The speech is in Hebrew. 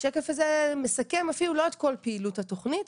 השקף הזה מסכם לא את כל פעילות התוכנית,